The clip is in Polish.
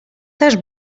też